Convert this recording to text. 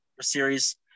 series